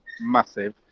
massive